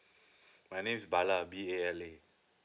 my name is bala B A L A